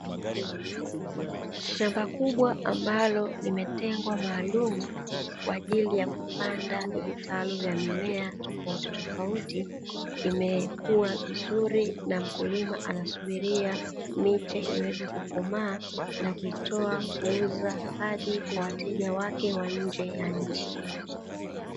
Shamba kubwa ambalo limetengwa maalumu, kwa ajili ya kupandwa vitalu vya mimea tofautitofauti, imekua vizuri na mkulima anasubiria miche iweze kukomaa na kuitoa kuuza hadi kwa wateja wake wa nnje ya nchi.